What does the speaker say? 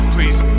Please